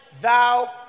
thou